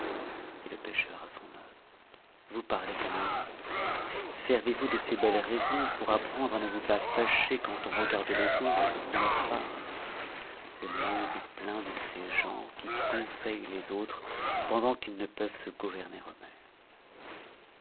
dit le pêcheur à son hôte vous parlez comme un livre servez-vous de ces belles raisons pour apprendre à ne vous pas fâcher quand on regarde les autres ou qu'on leur parle le monde est plein de ces gens qui conseillent les autres pendant qu'ils ne peuvent se gouverner eux-mêmes